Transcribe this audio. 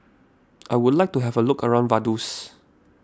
I would like to have a look around Vaduz